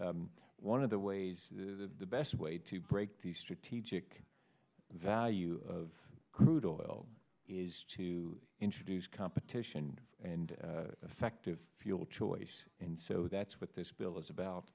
one of the ways that the best way to break the strategic value of crude oil is to introduce competition and effective fuel choice and so that's what this bill is about